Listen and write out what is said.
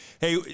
Hey